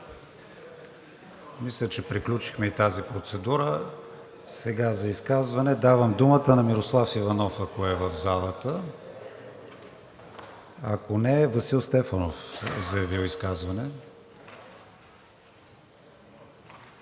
Мисля, че приключихме и тази процедура. За изказване давам думата на Мирослав Иванов, ако е в залата. Ако не е, Васил Стефанов е заявил изказване.